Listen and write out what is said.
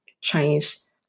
Chinese